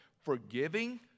forgiving